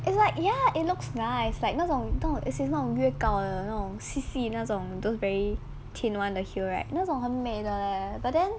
is like ya it looks nice like 那种那种越高的细细那种 those very thin ones the heel right 那种很美的 but then